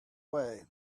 way